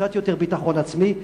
קצת יותר ביטחון עצמי,